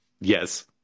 Yes